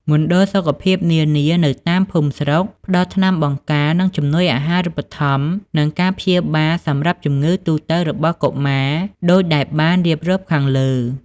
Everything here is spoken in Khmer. មណ្ឌលសុខភាពនានានៅតាមភូមិ ស្រុក ផ្តល់ថ្នាំបង្ការ ជំនួយអាហារូបត្ថម្ភ និងការព្យាបាលសម្រាប់ជំងឺទូទៅរបស់កុមារ ដូចដែលបានរៀបរាប់ខាងលើ។